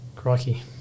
Crikey